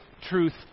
truth